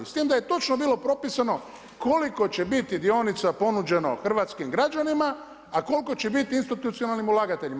S tim da je točno bilo propisano koliko će biti dionica ponuđeno hrvatskim građanima, a koliko će biti institucionalnim ulagateljima.